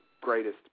greatest